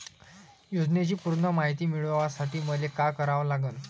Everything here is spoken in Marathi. योजनेची पूर्ण मायती मिळवासाठी मले का करावं लागन?